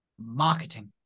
Marketing